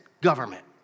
government